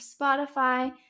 Spotify